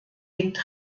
liegt